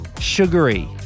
sugary